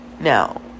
now